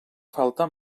falta